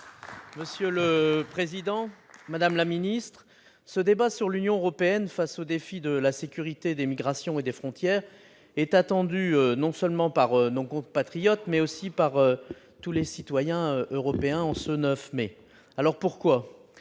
Monsieur le président, madame la ministre, ce débat sur l'Union européenne face aux défis de la sécurité, des migrations et des frontières est attendu non seulement par nos compatriotes, mais aussi, en ce 9 mai, par tous les citoyens européens. Pourquoi ?